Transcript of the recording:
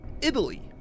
Italy